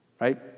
right